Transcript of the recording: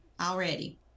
already